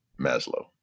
Maslow